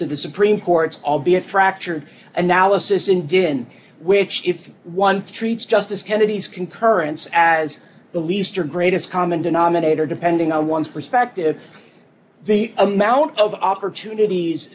to the supreme court's albeit fractured analysis in good in which if one treats justice kennedy's concurrence as the least or greatest common denominator depending on one's perspective the amount of opportunities